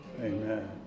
Amen